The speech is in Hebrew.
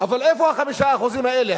אבל איפה ה-5% האלה?